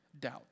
doubt